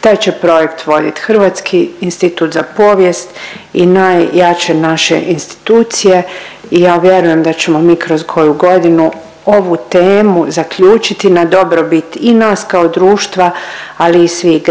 Taj će projekt voditi Hrvatski institut za povijest i najjače naše institucije i ja vjerujem da ćemo mi kroz koju godinu ovu temu zaključiti na dobrobit i nas kao društva, ali i svih